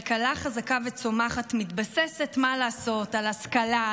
כלכלה חזקה וצומחת מתבססת על השכלה,